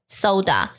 soda